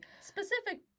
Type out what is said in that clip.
Specific